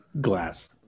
glass